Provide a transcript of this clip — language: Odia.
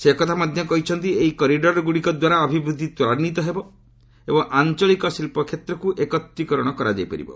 ସେ ଏକଥା ମଧ୍ୟ କହିଛନ୍ତି ଏହି କରିଡରଗୁଡିକ ଦ୍ୱାରା ଅଭିବୃଦ୍ଧି ତ୍ୱରାନ୍ୱିତ ହେବ ଏବଂ ଆଞ୍ଚଳିକ ଶିଳ୍ପ କ୍ଷେତ୍ରକୁ ଏକତ୍ରିକରଣ କରାଯାଇପାରିବ